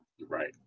Right